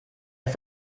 ist